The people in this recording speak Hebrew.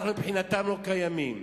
מבחינתם אנחנו לא קיימים.